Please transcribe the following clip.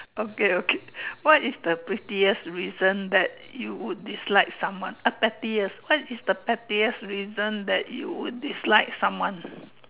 okay okay what is the prettiest reason that you would dislike someone uh pettiest what is the pettiest reason that you would dislike someone